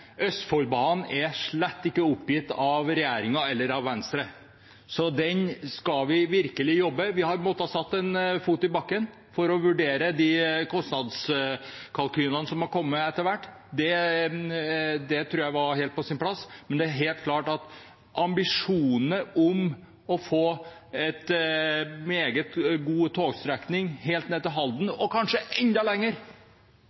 Østfoldbanen er slett ikke oppgitt av regjeringen eller av Venstre. Den skal vi virkelig jobbe med. Vi har måttet sette en fot i bakken for å vurdere de kostnadskalkylene som har kommet etter hvert. Det tror jeg var helt på sin plass. Men det er helt klart at det er en ambisjon om å få en meget god togstrekning helt ned til